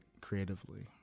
creatively